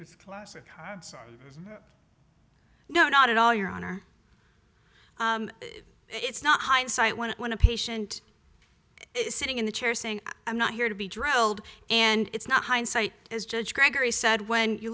a classic no not at all your honor it's not hindsight when when a patient is sitting in the chair saying i'm not here to be drilled and it's not hindsight is judge gregory said when you